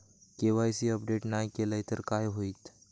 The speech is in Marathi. के.वाय.सी अपडेट नाय केलय तर काय होईत?